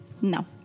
No